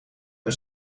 een